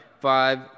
five